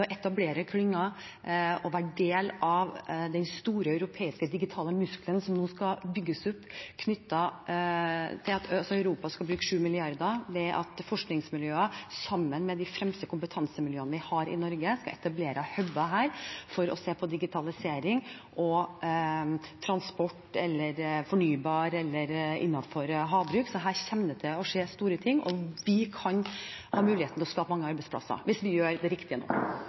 å etablere klynger og være del av den store europeiske digitale muskelen som nå skal bygges opp. Det er knyttet til at Europa skal bruke 7 mrd. euro ved at forskningsmiljøer, sammen med de fremste kompetansemiljøene vi har i Norge, etablerer huber her, for å se på digitalisering, transport eller fornybar innenfor havbruk. Her kommer det til å skje store ting, og vi kan ha muligheten til å skape mange arbeidsplasser hvis vi gjør det riktige nå.